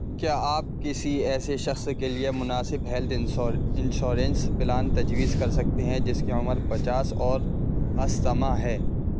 کیا آپ کسی ایسے شخص کے لیے مناسب ہیلتھ انشورنس پلان تجویز کر سکتے ہیں جس کی عمر پچاس اور استھما ہے